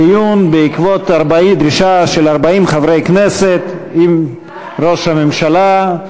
דיון בעקבות דרישה של 40 חברי כנסת עם ראש הממשלה.